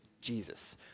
Jesus